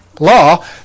Law